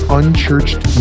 unchurched